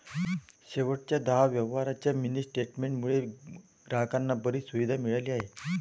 शेवटच्या दहा व्यवहारांच्या मिनी स्टेटमेंट मुळे ग्राहकांना बरीच सुविधा मिळाली आहे